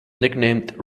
nicknamed